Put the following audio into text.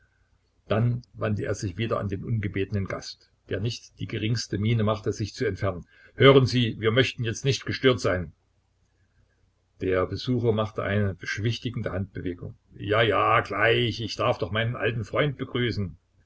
dann wandte er sich wieder an den ungebetenen gast der nicht die geringste miene machte sich zu entfernen hören sie wir möchten jetzt nicht gestört sein der besucher machte eine beschwichtigende handbewegung ja ja gleich ich darf doch meinen alten freund begrüßen